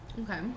okay